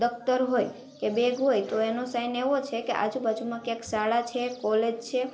દફતર હોય કે બેગ હોય તો એનો સાઇન એવો છે કે આજુબાજુમાં ક્યાંક શાળા છે કોલેજ છે